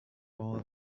all